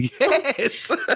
Yes